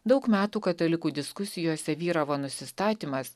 daug metų katalikų diskusijose vyravo nusistatymas